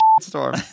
storm